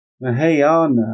Mahayana